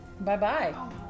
Bye-bye